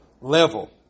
level